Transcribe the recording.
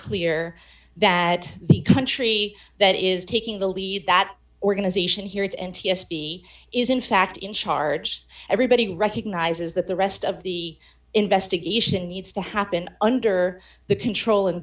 clear that the country that is taking the lead that organization here its n t s b is in fact in charge everybody recognizes that the rest of the investigation needs to happen under the control and